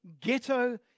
ghetto